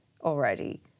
already